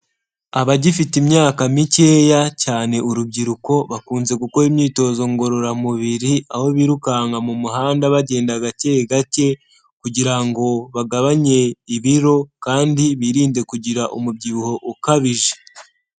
Abagifite imyaka mikeya, cyane urubyiruko, bakunze gukora imyitozo ngororamubiri, aho birukanka mu muhanda bagenda gake gake, kugira ngo bagabanye ibiro, kandi birinde kugira umubyibuho ukabije.